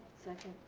second.